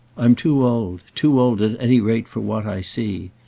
i'm too old too old at any rate for what i see.